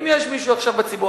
אם יש מישהו עכשיו בציבור,